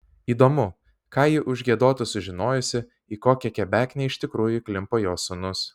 įdomu ką ji užgiedotų sužinojusi į kokią kebeknę iš tikrųjų įklimpo jos sūnus